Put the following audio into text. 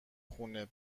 خونه